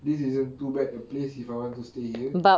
this isn't too bad a place if you want to stay here